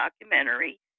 documentary